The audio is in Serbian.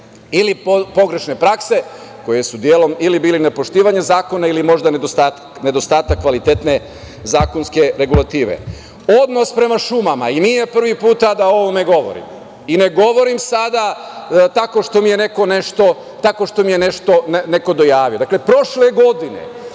ili pogrešne prakse koje su delom ili bile nepoštovanje zakona ili možda nedostatak kvalitetne zakonske regulative. Odnos prema šumama, i nije prvi put da o ovome govorim, i ne govorim sada tako što mi je neko nešto dojavio, dakle, prošle godine,